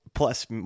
Plus